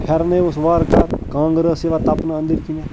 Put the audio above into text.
پھٮ۪رنے اوس وارٕکار کانگٔر ٲس یِوان تپنہٕ أنٛدِر کِنٮ۪تھ